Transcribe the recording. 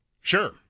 Sure